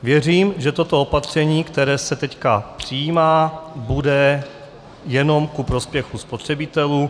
Věřím, že toto opatření, které se teď přijímá, bude jenom ku prospěchu spotřebitelů.